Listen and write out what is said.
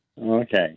Okay